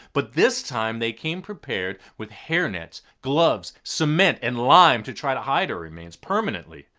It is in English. but this time they came prepared with hairnets, gloves, cement, and lime to try to hide her remains permanently.